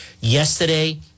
yesterday